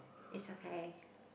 is a sign